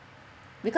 because